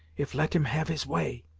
if let him have his way,